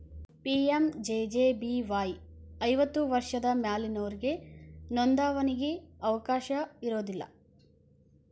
PMJJBY ಐವತ್ತೈದು ವರ್ಷದ ಮ್ಯಾಲಿನೊರಿಗೆ ನೋಂದಾವಣಿಗಿ ಅವಕಾಶ ಇರೋದಿಲ್ಲ